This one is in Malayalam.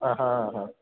ആഹാ ആ